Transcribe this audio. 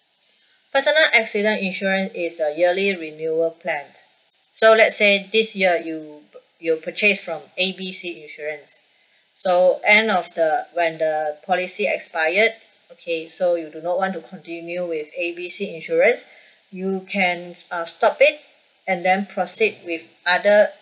personal accident insurance is a yearly renewal plan so lets say this year you p~ you purchase from A B C insurance so end of the when the policy expired okay so you do not want to continue with A B C insurance you can uh stop it and then proceed with other